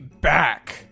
back